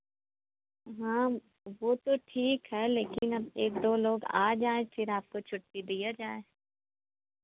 हाँ वो तो ठीक है लेकिन अब एक दो लोग आ जाएँ फिर आपको छुट्टी दिया जाए